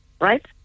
Right